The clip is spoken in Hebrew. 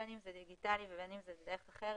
בין אם זה דיגיטלי ובין אם זה בדרך אחרת.